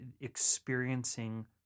experiencing